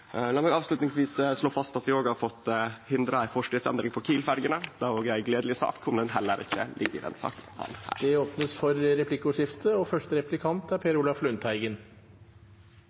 La meg avslutningsvis slå fast at vi òg har fått hindra ei forskriftsendring på Kiel-ferjene. Det er òg ei gledeleg sak – sjølv om det ikkje høyrer til denne saka. Det åpnes for replikkordskifte. Arbeidslinja er viktig. Det skal lønne seg å jobbe, og